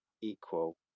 equal